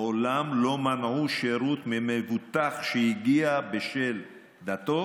מעולם לא מנעו שירות ממבוטח שהגיע בשל דתו